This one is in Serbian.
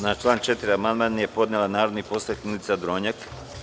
Na član 4. amandman je podnela narodni poslanik Milica Dronjak.